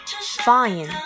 Fine